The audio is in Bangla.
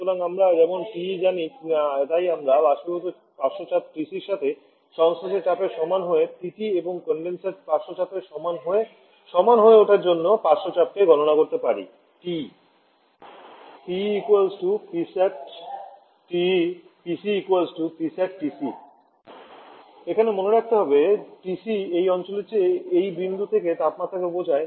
সুতরাং আমরা যেমন TE জানি তাই আমরা বাষ্পীভূত পার্শ্ব চাপ TCর সাথে সংশ্লেষের চাপের সমান হয়ে TE এবং কনডেনসার পার্শ্ব চাপের সমান হয়ে সমান হয়ে ওঠার জন্য পার্শ্ব চাপকে গণনা করতে পারি PE Psat PC Psat এখানে মনে রাখতে হবে TC এই অঞ্চলটির চেয়ে এই বিন্দু থেকে তাপমাত্রাকে বোঝায়